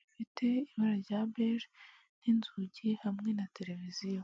bifite ibara rya beje n'inzugi hamwe na televiziyo.